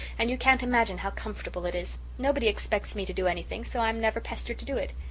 and you can't imagine how comfortable it is. nobody expects me to do anything so i'm never pestered to do it.